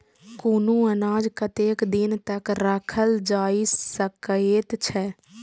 कुनू अनाज कतेक दिन तक रखल जाई सकऐत छै?